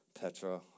Petra